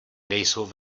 nejsou